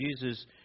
Jesus